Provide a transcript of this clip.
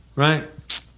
Right